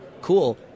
cool